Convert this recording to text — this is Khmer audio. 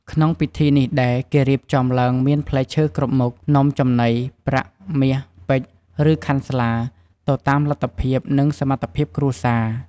ក្នុងពិធីនេះដែរគេរៀបចំឡើងមានផ្លែឈើគ្រប់មុខ នំចំណី ប្រាក់ មាស ពេជ្រ ឬខាន់ស្លា ទៅតាមលទ្ធភាព និងសមត្ថភាពគ្រួសារ។